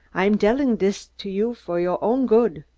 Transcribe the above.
i'm delling dis to you vor your own good.